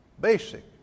Basic